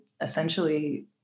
essentially